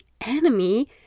enemy